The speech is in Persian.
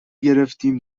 گرفتیم